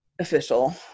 official